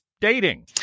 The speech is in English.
dating